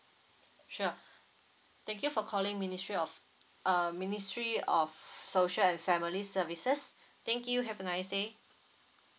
sure thank you for calling ministry of uh ministry of social and family services thank you have a nice day